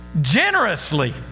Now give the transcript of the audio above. generously